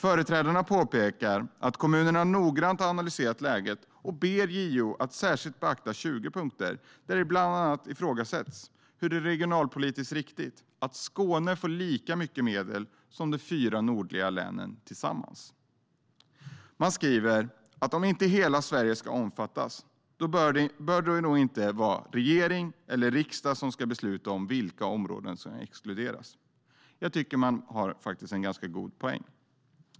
Företrädarna påpekar att kommunerna noggrant har analyserat läget och ber JO att särskilt beakta 20 punkter där det bland annat ifrågasätts hur det är regionalpolitiskt riktigt att Skåne får lika mycket medel som de fyra nordliga länen tillsammans. Man skriver att om inte hela Sverige ska omfattas bör det inte vara regering eller riksdag som ska besluta om vilka områden som ska exkluderas. Jag tycker att man har en god poäng.